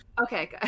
okay